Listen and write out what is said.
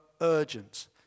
urgent